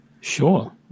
Sure